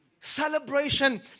celebration